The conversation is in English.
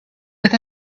with